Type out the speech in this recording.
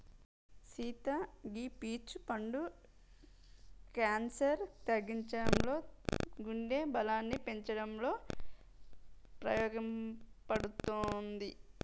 సీత గీ పీచ్ పండు క్యాన్సర్ తగ్గించడంలో గుండె బలాన్ని పెంచటంలో ఉపయోపడుతది